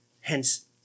Hence